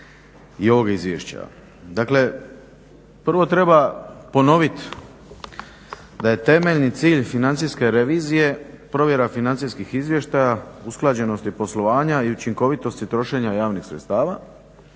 i ovog izvješća?